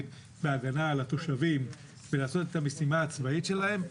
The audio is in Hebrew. בהגנה על התושבים ולעשות את המשימה הצבאית שלהם,